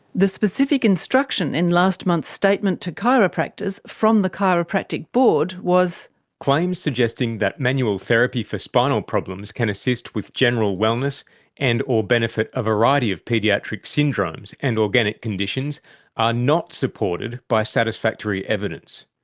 the specific instruction in last month's statement to chiropractors from the chiropractic board was reading claims suggesting that manual therapy for spinal problems can assist with general wellness and or benefit a variety of paediatric syndromes and organic conditions are not supported by satisfactory evidence.